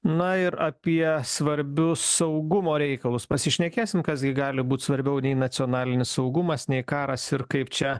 na ir apie svarbius saugumo reikalus pasišnekėsim kas gi gali būt svarbiau nei nacionalinis saugumas nei karas ir kaip čia